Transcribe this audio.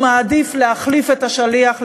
הוא מעדיף להחליף את השליח,